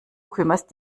kümmerst